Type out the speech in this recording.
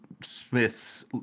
Smiths